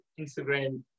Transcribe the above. instagram